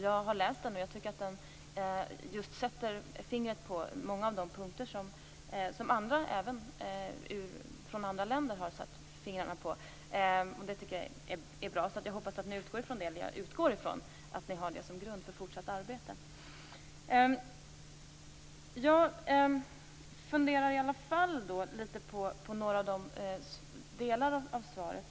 Jag har läst den, och jag tycker att den sätter fingret på just många av de punkter som man även i andra länder har satt fingret på. Jag utgår från att regeringen har det som utgångspunkt för fortsatt arbete. Jag funderar i alla fall på några delar av svaret.